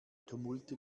tumulte